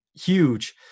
huge